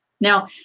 Now